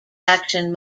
action